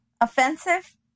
offensive